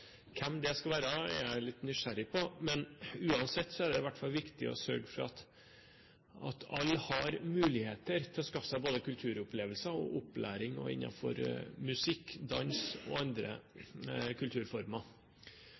hvem det skulle være, er jeg litt nysgjerrig på. Men uansett er det i hvert fall viktig å sørge for at alle har muligheter til å skaffe seg både kulturopplevelser og opplæring innenfor musikk, dans og andre kulturformer.